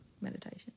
meditation